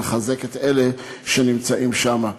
ולחזק את אלה שנמצאים שם.